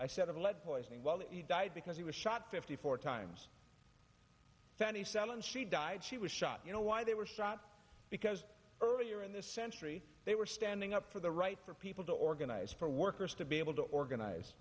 i said of lead poisoning while he died because he was shot fifty four times to any cell and she died she was shot you know why they were shot because earlier in this century they were standing up for the right for people to organize for workers to be able to organize